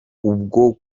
ubwo